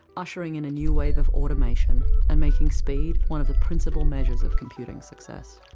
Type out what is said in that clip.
ushering in a new wave of automation and making speed one of the principle measures of computing success.